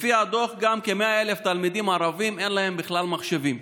לפי הדוח לכ-100,000 תלמידים ערבים גם אין בכלל מחשבים.